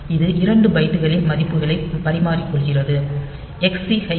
இது 2 பைட்டுகளின் மதிப்புகளை பரிமாறிக்கொள்கிறது XCH a 30 ஹெக்ஸ்